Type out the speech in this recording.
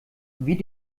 wie